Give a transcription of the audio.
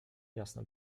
jasno